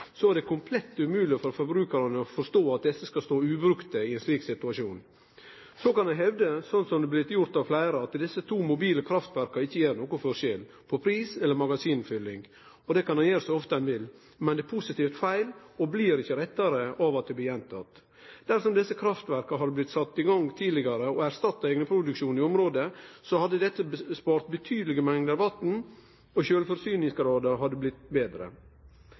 Så kan ein hevde, som det har blitt gjort av fleire, at desse to mobile kraftverka ikkje gjer nokon forskjell når det gjeld pris eller magasinfylling, så ofte ein vil. Men det er positivt feil, og det blir ikkje rettare av at det blir gjenteke. Dersom desse kraftverka hadde blitt sette i gang tidlegare og erstatta eigenproduksjon i området, hadde dette spart betydelege mengder vatn, og sjølvforsyningsgraden hadde blitt betre.